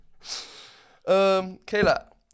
Kayla